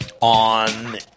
on